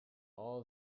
all